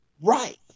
Right